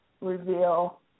reveal